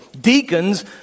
Deacons